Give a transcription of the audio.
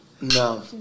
No